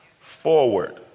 forward